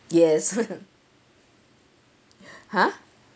yes ha